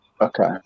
Okay